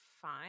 fine